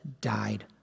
died